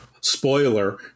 spoiler